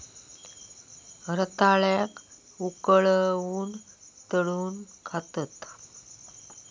रताळ्याक उकळवून, तळून खातत